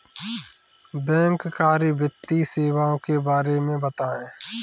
बैंककारी वित्तीय सेवाओं के बारे में बताएँ?